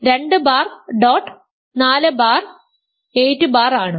2 bar dot 4 bar 8 bar ആണ്